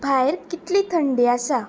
भायर कितली थंडी आसा